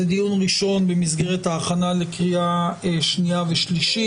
זה דיון ראשון במסגרת ההכנה לקריאה שנייה ושלישית.